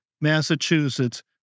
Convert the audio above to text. Massachusetts